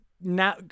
now